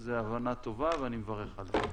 וזו הבנה טובה, ואני מברך על זה.